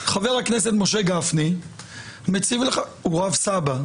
חבר הכנסת משה גפני הוא רב סבא.